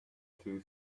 two